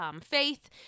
Faith